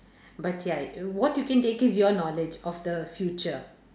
but ya what you can take is your knowledge of the future